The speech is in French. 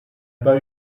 pas